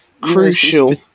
crucial